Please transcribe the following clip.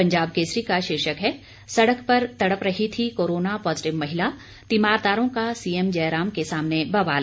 पंजाब केसरी का शीर्षक है सड़क पर तड़प रही थी कोरोना पॉजिटिव महिला तीमारदारों का सीएम जयराम के सामने बवाल